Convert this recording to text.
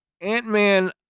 Ant-Man